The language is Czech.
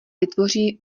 vytvoří